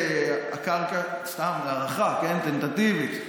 וזאת סתם הערכה טנטטיבית,